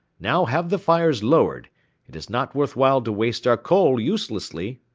now have the fires lowered it is not worth while to waste our coal uselessly.